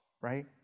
right